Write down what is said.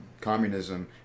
communism